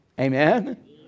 amen